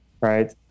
Right